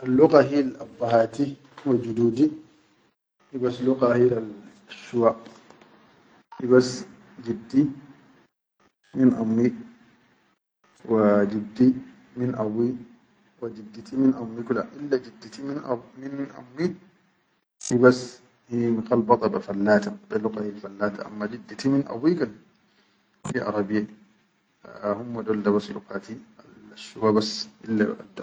Al lugga hil abbahati wa jududi hubas ugga hilal shuwa hibas jiddi min ammi wajiddi min abuyi, wa jidditi min ammi kula, ille jidditi min ammi hibas muhalbada be fallata be luggal fallata, amma jidditi min abuyi kan hi arabiya hummma dol da bas luqqati shuwa bas ille.